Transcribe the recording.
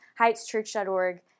heightschurch.org